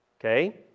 Okay